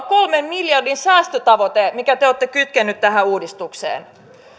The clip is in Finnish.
kolmen miljardin säästötavoite minkä te olette kytkeneet tähän uudistukseen